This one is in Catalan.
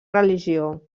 religió